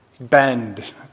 Bend